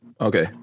Okay